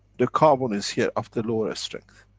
the carbon is here, of the lower strength.